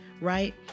right